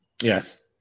Yes